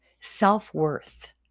Self-worth